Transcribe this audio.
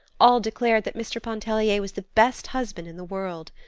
all declared that mr. pontellier was the best husband in the world.